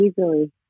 easily